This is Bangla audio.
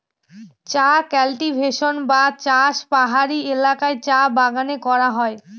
চা কাল্টিভেশন বা চাষ পাহাড়ি এলাকায় চা বাগানে করা হয়